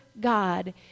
God